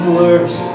worse